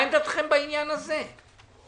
אני חושב שצריכים לעלות אתנו לזום עוד כמה אנשים,